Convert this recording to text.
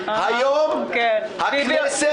היום הכנסת